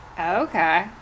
okay